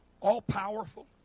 all-powerful